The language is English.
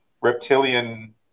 Reptilian